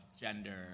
gender